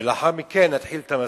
ולאחר מכן נתחיל את המשא-ומתן.